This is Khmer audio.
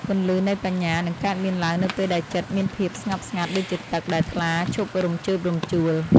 ពន្លឺនៃបញ្ញានឹងកើតមានឡើងនៅពេលដែលចិត្តមានភាពស្ងប់ស្ងាត់ដូចជាទឹកដែលថ្លាឈប់រំជើបរំជួល។